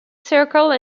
circle